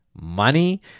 money